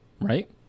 right